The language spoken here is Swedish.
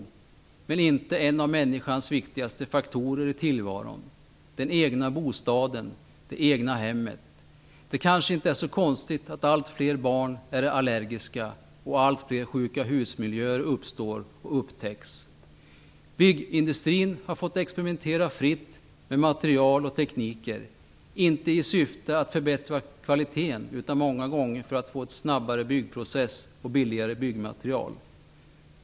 Det har dock inte en av människans viktigaste faktorer i tillvaron, nämligen den egna bostaden, det egna hemmet. Det är kanske inte så konstigt att allt fler barn blir allergiska och att allt fler sjukahusmiljöer uppstår och upptäcks. Byggindustrin har fått experimentera fritt med material och tekniker - inte i syfte att förbättra kvaliteten, utan många gånger för att få en snabbare byggprocess och billigare byggmaterial.